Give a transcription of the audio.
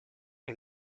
and